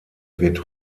wird